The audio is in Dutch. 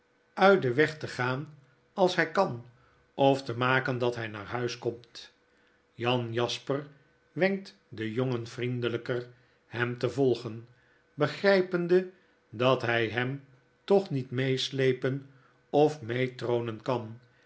uit den weg te gaan als hy kan of te maken dat hy naar huis komt jan jasper wenkt den jorigen vriendelyker hem te volgen begrypende dat hy hem toch niet meeslepen of mee troonen kan